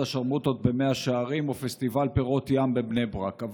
השרמוטות במאה שערים או פסטיבל פירות ים בבני ברק.